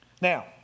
Now